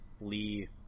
Lee